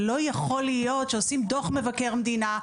ולא יכול להיות שעושים דוח מבקר המדינה,